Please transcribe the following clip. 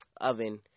oven